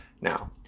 Now